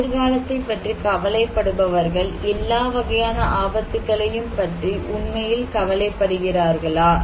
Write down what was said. எதிர்காலத்தைப் பற்றி கவலைப்படுபவர்கள் எல்லா வகையான ஆபத்துகளையும் பற்றி உண்மையில் கவலைப் படுகிறார்களா